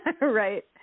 Right